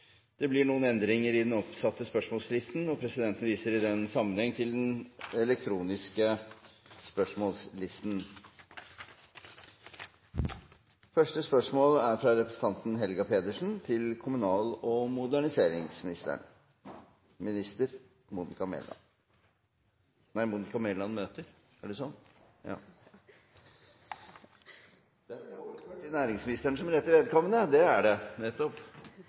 Det blir noen endringer i den oppsatte spørsmålslisten, og presidenten viser i den sammenheng til den elektroniske oversikten som er gjort tilgjengelig for representantene. De foreslåtte endringene i dagens spørretime foreslås godkjent. – Det anses vedtatt. Endringene var som følger: Spørsmål 1, fra representanten Helga Pedersen til kommunal- og moderniseringsministeren, er overført til næringsministeren som rette vedkommende.